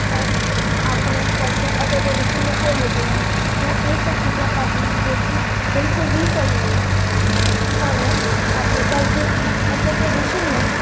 ਪਰ ਆਪਣੇ ਕਲਚਰ ਅਤੇ ਟਰੈਡੀਸ਼ਨ ਨੂੰ ਭੁੱਲ ਕੇ ਉਹ ਇਹ ਸਭ ਚੀਜ਼ਾਂ ਕਰਦੇ ਹਨ ਜੋ ਕਿ ਬਿਲਕੁਲ ਵੀ ਸਹੀ ਨਹੀਂ ਹੈ ਸਾਨੂੰ ਆਪਣੇ ਕਲਚਰ ਅਤੇ ਟਰੈਡੀਸ਼ਨ ਨੂੰ